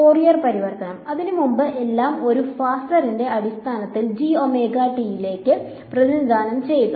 Fourier പരിവർത്തനം അതിനുമുമ്പ് എല്ലാം ഒരു ഫാസറിന്റെ അടിസ്ഥാനത്തിൽ ജി ഒമേഗ ടിയിലേക്ക് പ്രതിനിധാനം ചെയ്യുക